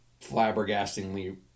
flabbergastingly